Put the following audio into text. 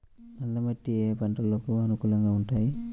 నల్ల మట్టి ఏ ఏ పంటలకు అనుకూలంగా ఉంటాయి?